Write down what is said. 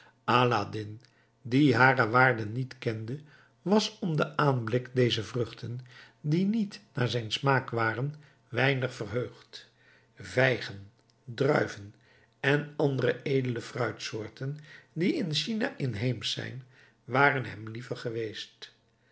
aladdin die hare waarde niet kende was om den aanblik dezer vruchten die niet naar zijn smaak waren weinig verheugd vijgen druiven en andere edele fruitsoorten die in china inheemsch zijn waren hem liever geweest